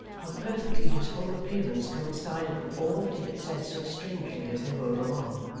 how perfectly his whole appearance coincided with all that he had said so strangely as they rode along.